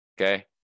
okay